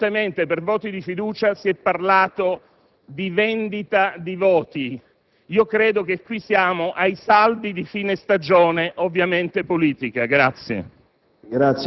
Recentemente, per voti di fiducia si è parlato di vendita di voti. Credo che qui siamo ai saldi di fine stagione, ovviamente politica!